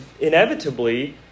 inevitably